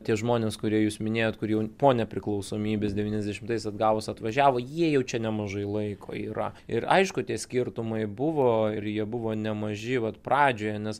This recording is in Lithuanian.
tie žmonės kurie jūs minėjot kur jau po nepriklausomybės devyniasdešimtais atgavus atvažiavo jie jau čia nemažai laiko yra ir aišku tie skirtumai buvo ir jie buvo nemaži vat pradžioje nes